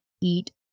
eat